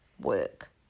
work